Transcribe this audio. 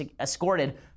escorted